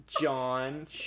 John